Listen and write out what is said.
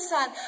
Son